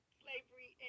slavery